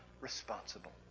responsible